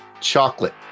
Chocolate